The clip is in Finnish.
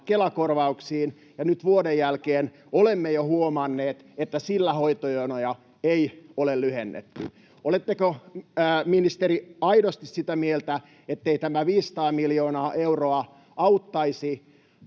Kela-korvauksiin, ja nyt vuoden jälkeen olemme jo huomanneet, että sillä hoitojonoja ei ole lyhennetty. Oletteko, ministeri, aidosti sitä mieltä, ettei tämä 500 miljoonaa euroa auttaisi